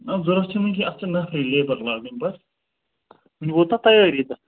مطلب ضوٚرَتھ چھَنہٕ وٕنہِ کینٛہہ اَتھ چھِ نفرٕے لیبَر لاگٕنۍ بَس وٕنہِ ووت نہ تیٲری تَتھ